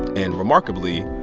and remarkably,